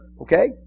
Okay